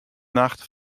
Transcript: nacht